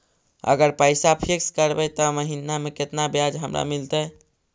अगर पैसा फिक्स करबै त महिना मे केतना ब्याज हमरा मिलतै?